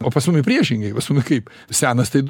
o pas mumi priešingai pas mumi kaip senas taip